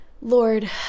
lord